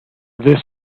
this